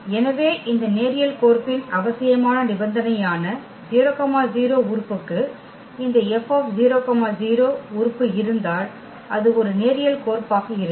எனவே இந்த நேரியல் கோர்ப்பின் அவசியமான நிபந்தனையான 00 உறுப்புக்கு இந்த F00 உறுப்பு இருந்தால் அது ஒரு நேரியல் கோர்ப்பாக இருக்கும்